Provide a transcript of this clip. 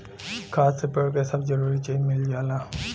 खाद से पेड़ क सब जरूरी चीज मिल जाला